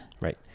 Right